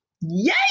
Yay